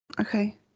Okay